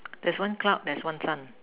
that's one cloud that's one sun